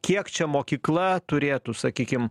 kiek čia mokykla turėtų sakykim